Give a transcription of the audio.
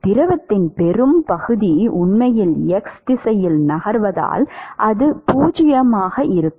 திரவத்தின் பெரும்பகுதி உண்மையில் x திசையில் நகர்வதால் அது 0 ஆக இருக்கும்